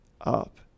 up